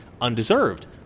undeserved